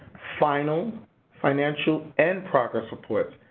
final financial and progress reports.